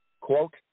quote